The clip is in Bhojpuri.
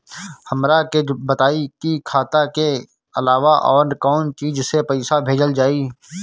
हमरा के बताई की खाता के अलावा और कौन चीज से पइसा भेजल जाई?